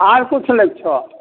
आर किछु लैके छौ